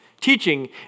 teaching